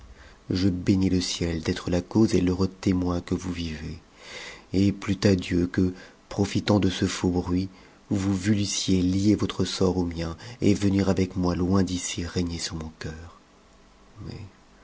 je bénis le ciel d'être la cause et l'heureux témoin que vous vivez et plût à dieu que profitant de ce faux bruit vous voulussiez lier votre sort au mien et venir avec moi loin d'ici régner sur mon cœur mais